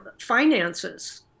finances